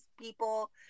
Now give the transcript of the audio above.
people